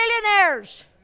millionaires